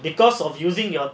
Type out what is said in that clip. because of using ya